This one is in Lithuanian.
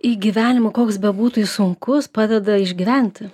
į gyvenimą koks bebūtų jis sunkus padeda išgyventi